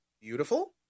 beautiful